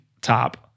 top